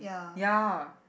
ya